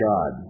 God